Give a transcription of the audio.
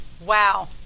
Wow